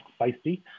feisty